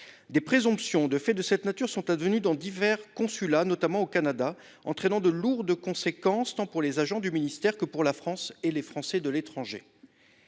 Des présomptions de faits de cette nature existent dans divers consulats, notamment au Canada, et entraînent de lourdes conséquences, tant pour les agents du ministère que pour la France et les Français de l'étranger